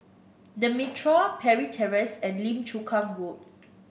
The Mitraa Parry Terrace and Lim Chu Kang Road